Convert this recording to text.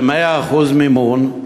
ב-100% מימון.